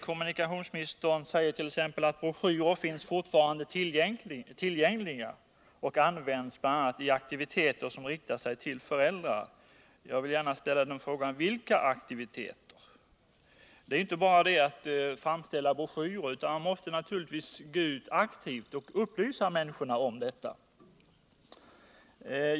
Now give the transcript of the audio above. Kommunikationsministern säger t.ex.: ”Broschyrer finns fortfarande tillgängliga och används bl.a. i aktiviteter som riktar sig till föräldrar.” Jag vill gärna ställa frågan: Vilka aktiviteter? Här gäller det inte bara att framställa broschyrer, utan man måste naturligtvis gå ut aktivt och upplysa människorna.